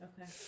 Okay